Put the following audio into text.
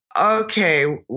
okay